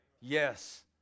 Yes